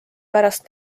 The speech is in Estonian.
pärast